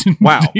wow